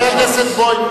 חבר הכנסת בוים,